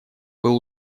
был